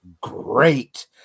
great